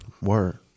Word